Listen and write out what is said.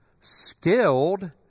skilled